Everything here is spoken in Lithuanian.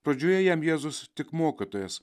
pradžioje jam jėzus tik mokytojas